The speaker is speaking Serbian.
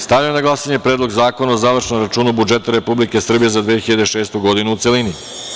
Stavljam na glasanje Predlog zakona o završnom računu budžeta Republike Srbije za 2006. godinu, u celini.